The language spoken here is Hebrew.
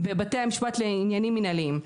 בבתי המשפט לעניינים מינהליים.